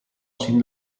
sin